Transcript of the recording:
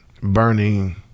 burning